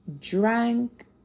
drank